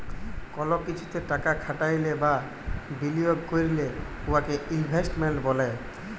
call কিছুতে টাকা খাটাইলে বা বিলিয়গ ক্যইরলে উয়াকে ইলভেস্টমেল্ট ব্যলে